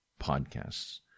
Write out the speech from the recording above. podcasts